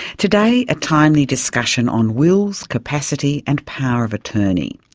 today a timely discussion on wills, capacity and power of attorney.